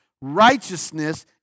righteousness